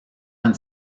han